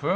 Kl.